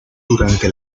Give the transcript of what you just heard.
durante